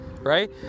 right